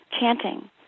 chanting